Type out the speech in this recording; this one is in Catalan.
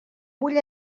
vull